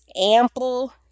ample